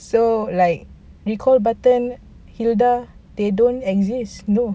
so like recall button hilda they don't exist you know